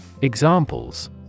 Examples